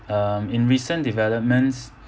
um in recent developments